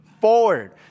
forward